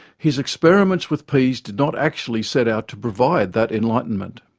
his experiments with peas did not actually set out to provide that enlightenment.